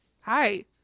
hi